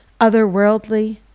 otherworldly